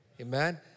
Amen